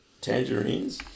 tangerines